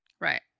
Right